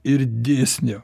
ir dėsnio